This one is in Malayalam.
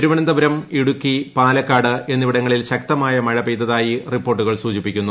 തിരുവനന്തപുരം ഇടുക്കി പാലക്കാട് എന്നിവിടങ്ങളിൽ ശക്തമായ മഴ പെയ്തതായി റിപ്പോർട്ടുകൾ സൂചിപ്പിക്കുന്നു